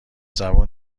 زبون